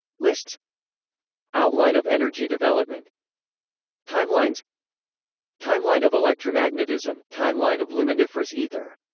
lists outline of energy development timelines timeline of electromagnetism, timeline of luminiferous aether